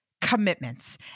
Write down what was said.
commitments